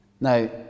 Now